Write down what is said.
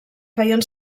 feien